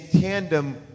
tandem